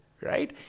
right